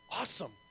Awesome